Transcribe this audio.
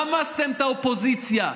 רמסתם את האופוזיציה.